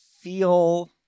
feel